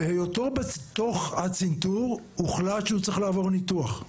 בהיותו בתוך הצנתור הוחלט שהוא צריך לעבור ניתוח.